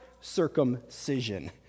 circumcision